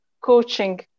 coaching